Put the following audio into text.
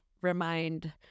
remind